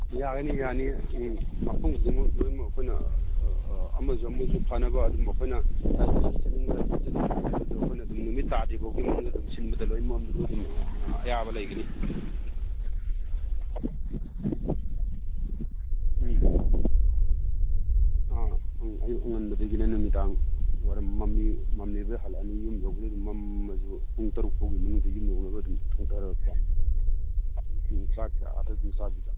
ꯌꯥꯒꯅꯤ ꯌꯥꯅꯤ ꯎꯝ ꯃꯐꯝ ꯈꯨꯗꯤꯡꯃꯛ ꯂꯣꯏꯅꯃꯛ ꯑꯩꯈꯣꯏꯅ ꯑꯃꯁꯨ ꯑꯃꯁꯨ ꯐꯅꯕ ꯑꯗꯨꯝ ꯑꯩꯈꯣꯏꯅ ꯑꯩꯈꯣꯏꯅ ꯅꯨꯃꯤꯠ ꯇꯥꯗ꯭ꯔꯤꯕꯥꯎꯒꯤ ꯑ ꯑꯌꯥꯕ ꯂꯩꯒꯅꯤ ꯎꯝ ꯑꯥ ꯑꯌꯨꯛ ꯑꯉꯟꯕꯗꯩꯅ ꯅꯨꯃꯤꯗꯥꯡꯋꯥꯏꯔꯝ ꯃꯝꯂꯤ ꯃꯝꯂꯤꯕꯗ ꯍꯜꯂꯛꯑꯅꯤ ꯌꯨꯝ ꯌꯧꯕꯗ ꯑꯗꯨꯝ ꯃꯝꯃꯁꯨ ꯄꯨꯡ ꯇꯔꯨꯛ ꯐꯥꯎꯒꯤ ꯃꯅꯨꯡꯗ ꯌꯨꯝ ꯌꯧꯅꯕ ꯑꯗꯨꯝ ꯊꯧꯊꯔꯛꯄ ꯎꯃ ꯆꯥꯛꯇꯤ ꯑꯥꯗ ꯑꯗꯨꯝ ꯆꯥꯕꯤꯗ